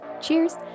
Cheers